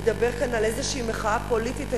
לדבר על איזושהי מחאה פוליטית.